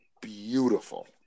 beautiful